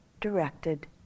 directed